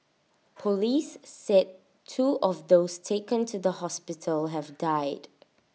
Police said two of those taken to the hospital have died